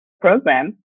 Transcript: program